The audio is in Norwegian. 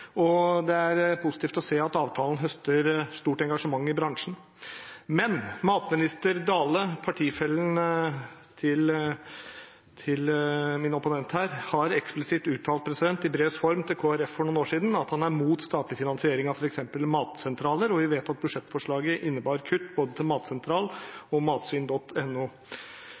og det er positivt å se at avtalen høster stort engasjement i bransjen. Men matminister Dale, partifellen til min opponent, har eksplisitt uttalt i brevs form til Kristelig Folkeparti for noen år siden at han er imot statlig finansering av f.eks. matsentraler, og vi vet at budsjettforslaget innebar kutt for både Matsentralen og